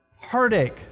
Heartache